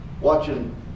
watching